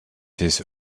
his